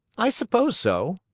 i suppose so.